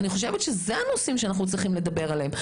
אני חושבת שאלו הנושאים שאנחנו צריכים לדבר עליהם.